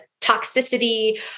toxicity